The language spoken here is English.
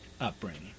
upbringing